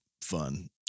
fun